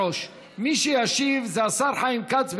מראש: מי שישיב זה השר חיים כץ,